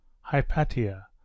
Hypatia